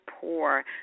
poor